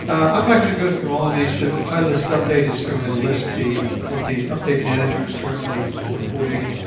i am not going to go through all of these. the pi list update is going to list the what the update manager is currently reporting.